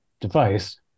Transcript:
device